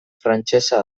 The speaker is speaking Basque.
frantsesa